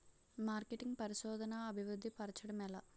marketing పరిశోధనదా అభివృద్ధి పరచడం ఎలా